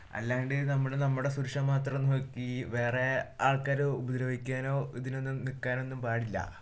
അല്ലാണ്ട് നമ്മള് നമ്മുടെ സുരക്ഷ മാത്രം നോക്കി വേറെ ആൾക്കാരെ ഉപദ്രവിക്കാനോ ഇതിനൊന്നും നിൽക്കാനൊന്നും പാടില്ല